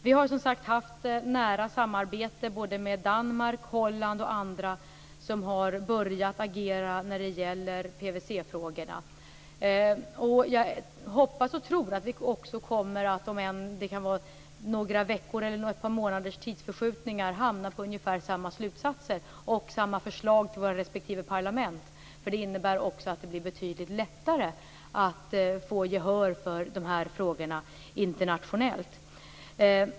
Vi har, som sagt, haft nära samarbete med Danmark, Holland och andra länder som har börjat agera i PVC-frågan. Jag hoppas och tror att vi om några veckor eller ett par månader kommer att hamna på ungefär samma slutsatser och samma förslag till våra respektive parlament. Det innebär också att det då blir betydligt lättare att få gehör för dessa frågor internationellt.